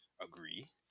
agree